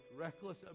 reckless